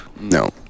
No